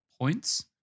points